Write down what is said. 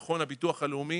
נכון, הביטוח הלאומי